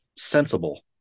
sensible